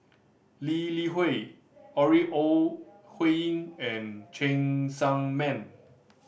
Lee Li Hui Ore Huiying and Cheng Tsang Man